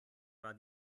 war